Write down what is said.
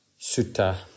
Sutta